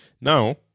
Now